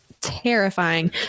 terrifying